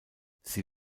sie